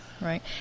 Right